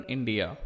India